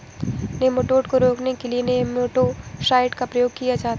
nematode को रोकने के लिए नेमाटो साइड का प्रयोग किया जाता है